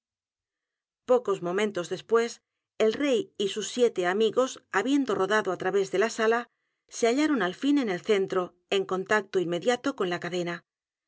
pocos momentos después el rey y sus siete amigos habiendo rodado á través de la sala se hallaron al fin en el centro en contacto inmediato con la cadena